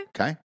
Okay